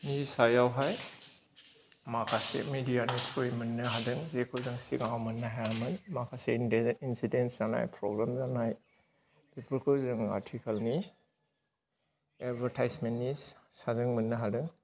नि सायावहाय माखासे मेडियानि थ्रुयै मोननो हादों जेखौ जों सिगाङाव मोननो हायामोन माखासे इनसिडेनट्स जानाय प्रब्लेम जानाय बेफोरखौ जोङो आथिखालनि एदबोरटाइजनि साजों मोननो हादों